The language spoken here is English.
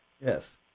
Yes